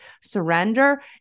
surrender